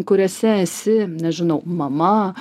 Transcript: kuriuose esi nežinau mama